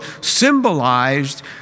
symbolized